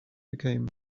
became